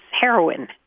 heroin